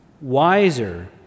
wiser